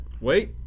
Wait